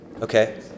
Okay